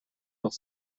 doch